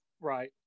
right